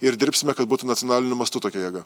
ir dirbsime kad būtų nacionaliniu mastu tokia jėga